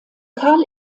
karl